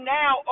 now